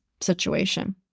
situation